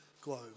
globe